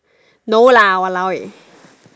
no lah !walao! eh